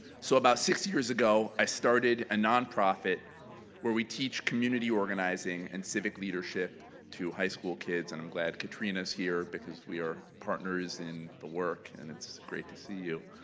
so about six years ago i started a nonprofit where we teach community organizing and civic leadership to high school kids, and i'm glad katrina is here because we are partners in the work and it's great to see you.